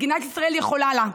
מדינת ישראל יכולה לה.